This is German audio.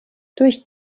durch